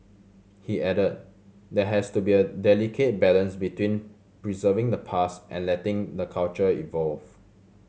he added there has to be a delicate balance between preserving the past and letting the culture evolve